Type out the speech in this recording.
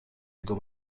jego